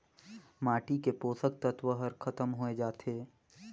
माटी के पोसक तत्व हर खतम होए जाथे